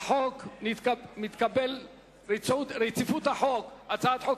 ההצעה להחיל דין רציפות על הצעת חוק